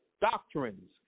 doctrines